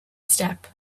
step